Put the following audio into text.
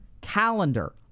Calendar